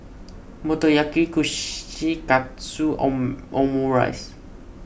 Motoyaki Kushikatsu Omurice